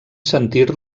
sentir